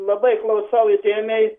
labai klausau įdėmiai